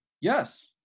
yes